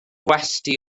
gwesty